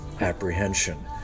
apprehension